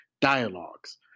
dialogues